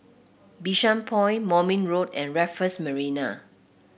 Bishan Point Moulmein Road and Raffles Marina